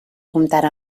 comptara